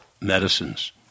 medicines